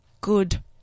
Good